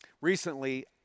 Recently